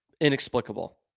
Inexplicable